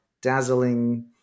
dazzling